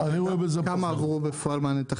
כמה עברו בפועל מנתח השוק?